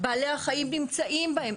בעלי החיים נמצאים בהם,